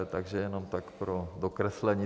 Takže jenom tak pro dokreslení.